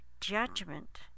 judgment